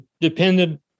dependent